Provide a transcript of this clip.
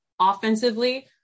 offensively